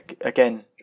again